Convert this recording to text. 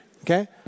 okay